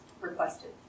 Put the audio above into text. requested